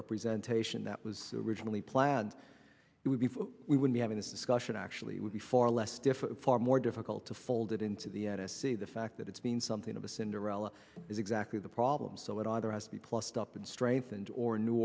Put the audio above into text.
representation that was originally planned it would be we would be having this discussion actually would be far less difficult far more difficult to fold it into the n s c the fact that it's been something of a cinderella is exactly the problem so it either has to be plussed up and strengthened or a new